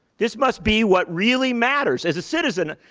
this must be what really matters. as a citizen,